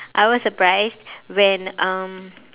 I was surprised when um